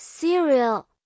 cereal